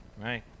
right